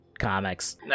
comics